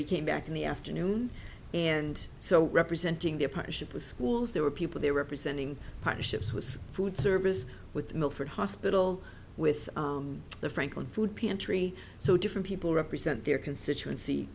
we came back in the afternoon and so representing their partnership with schools there were people there representing partnerships with food service with milford hospital with the franklin food p entry so different people represent their constituen